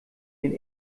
den